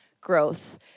growth